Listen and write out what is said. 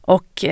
Och